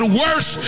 worse